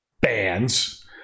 bands